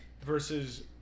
Versus